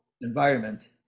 environment